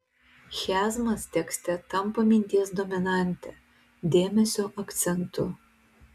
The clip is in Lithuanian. chiazmas tekste tampa minties dominante dėmesio akcentu